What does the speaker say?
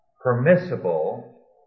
permissible